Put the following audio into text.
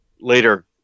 later